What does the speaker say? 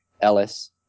Ellis